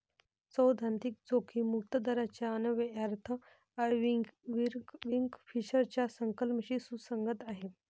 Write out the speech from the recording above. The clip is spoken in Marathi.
सैद्धांतिक जोखीम मुक्त दराचा अन्वयार्थ आयर्विंग फिशरच्या संकल्पनेशी सुसंगत आहे